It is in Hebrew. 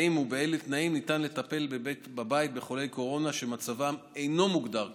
והאם ובאילו תנאים ניתן לטפל בבית בחולי קורונה שמצבם אינו מוגדר קל.